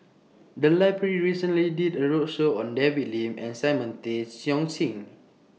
The Library recently did A roadshow on David Lim and Simon Tay Seong Chee